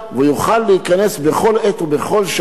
והוא יוכל להיכנס בכל עת ובכל שעה,